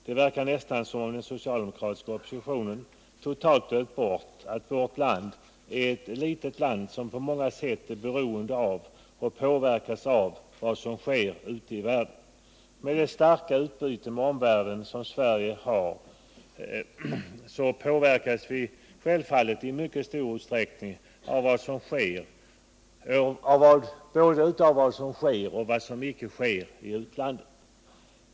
Det verkar nästan som om den socialdemokratiska oppositionen totalt glömt bort att vårt land är ett litet land, som på många sätt är beroende och påverkas av vad som sker ute i världen. Med det starka utbyte med omvärlden som Sverige har, påverkas vi självfallet i mycket stor utsträckning både av vad som sker och av vad som icke sker i utlandet.